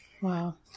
Wow